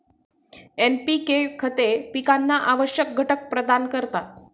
NPK खते पिकांना आवश्यक घटक प्रदान करतात